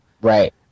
Right